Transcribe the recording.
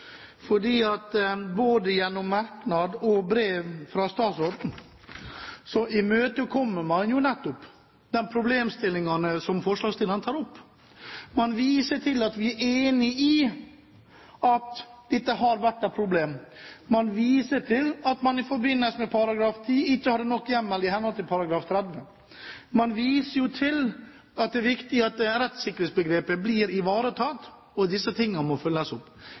både gjennom merknader og brev fra statsråden imøtekommer man jo nettopp de problemstillingene som forslagsstillerne tar opp. Man viser til at man er enig i at dette har vært et problem, man viser til at forskriftens § 10 ikke hadde nok hjemmel i lovens § 30, man viser til at det er viktig at rettssikkerhetsbegrepet blir ivaretatt, og at disse tingene må følges opp.